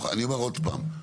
אני אומר עוד פעם,